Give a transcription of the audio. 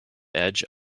edge